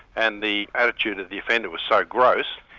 and the attitude of the offender was so gross,